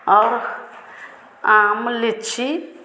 और आम लीची